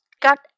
got